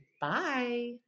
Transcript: Bye